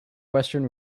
western